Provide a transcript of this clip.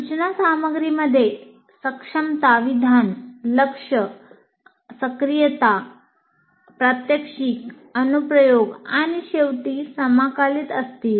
सूचना सामग्रीमध्ये सक्षमता विधान लक्ष आणि सक्रियता प्रात्यक्षिक अनुप्रयोग आणि शेवटी समाकलित असतील